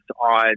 on